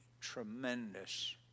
tremendous